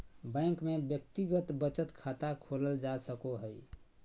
bank में व्यक्तिगत बचत खाता खोलल जा सको हइ